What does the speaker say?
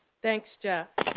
thanks, jeff.